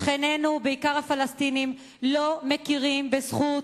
שכנינו, בעיקר הפלסטינים, לא מכירים בזכות,